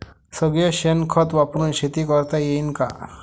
सगळं शेन खत वापरुन शेती करता येईन का?